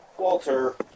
Walter